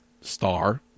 star